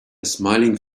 smiling